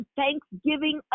thanksgiving